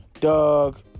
Doug